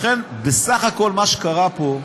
לכן, בסך הכול מה שקרה פה,